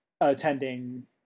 attending